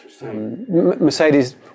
Mercedes